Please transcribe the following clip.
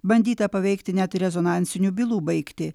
bandyta paveikti net rezonansinių bylų baigtį